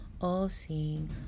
all-seeing